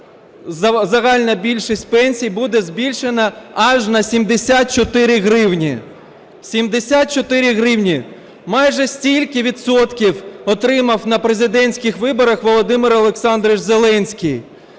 загальна більшість пенсій буде збільшена аж на 74 гривні. 74 гривні! Майже стільки відсотків отримав на президентських виборах Володимир Олександрович Зеленський.